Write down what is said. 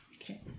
Okay